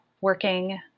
working